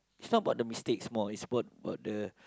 it's not about mistakes more it's about about the